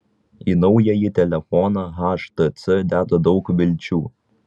į naująjį telefoną htc deda daug vilčių